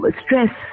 stress